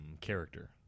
Character